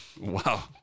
Wow